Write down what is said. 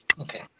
okay